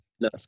no